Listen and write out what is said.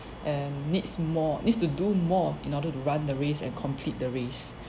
and needs more needs to do more in order to run the race and complete the race